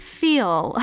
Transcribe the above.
feel